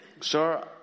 sir